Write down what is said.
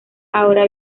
ahora